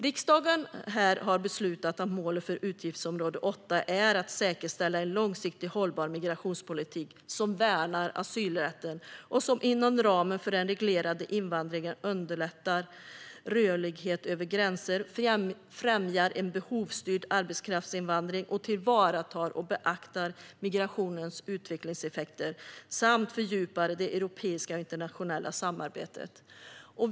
Riksdagen har beslutat att målet för utgiftsområde 8 är att säkerställa en långsiktigt hållbar migrationspolitik som värnar asylrätten och som inom ramen för den reglerade invandringen underlättar rörlighet över gränser, främjar en behovsstyrd arbetskraftsinvandring och tillvaratar och beaktar migrationens utvecklingseffekter samt fördjupar det europeiska och internationella samarbetet.